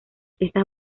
estas